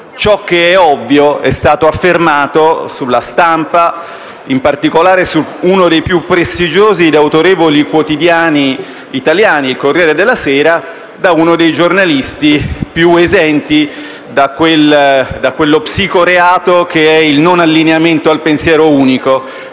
ciò che è ovvio è stato affermato sulla stampa, in particolare su uno dei più prestigiosi e autorevoli quotidiani italiani il «Corriere della sera», da uno dei giornalisti più esenti da quel psicoreato che è il non allineamento al pensiero unico,